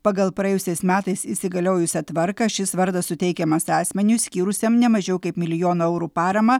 pagal praėjusiais metais įsigaliojusią tvarką šis vardas suteikiamas asmeniui skyrusiam ne mažiau kaip milijono eurų paramą